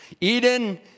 Eden